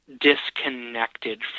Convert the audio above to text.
disconnected